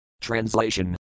Translation